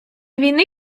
війни